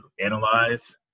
analyze